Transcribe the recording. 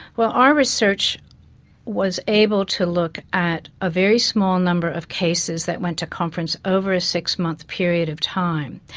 well, our research was able to look at a very small number of cases that went to conference over a six-month period of time.